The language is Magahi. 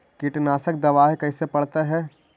कीटनाशक दबाइ कैसे पड़तै है?